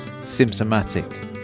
symptomatic